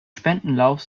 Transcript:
spendenlauf